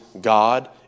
God